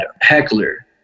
Heckler